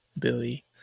Billy